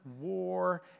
war